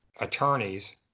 attorneys